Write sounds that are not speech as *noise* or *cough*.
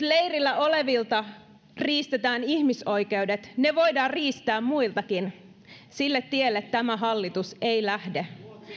*unintelligible* leirillä olevilta riistetään ihmisoikeudet ne voidaan riistää muiltakin sille tielle tämä hallitus ei lähde